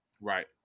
Right